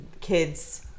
kids